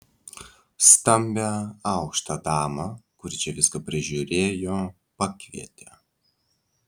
stambią aukštą damą kuri čia viską prižiūrėjo pakvietė